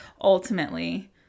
ultimately